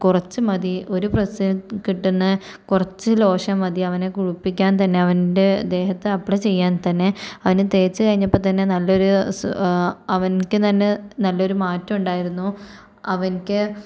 കുറച്ചു മതി ഒരു പ്രെസ്സിനു കിട്ടുന്ന കുറച്ചു ലോഷൻ മതി അവനെ കുളിപ്പിക്കാൻ തന്നെ അവൻ്റെ ദേഹത്തു അപ്ലൈ ചെയ്യാൻ തന്നെ അവന് തേച്ചു കഴിഞ്ഞപ്പോൾത്തന്നെ നല്ലൊരു സ് അവൻക്ക് തന്നെ നല്ലൊരു മാറ്റം ഉണ്ടായി രുന്നു അവൻക്കെ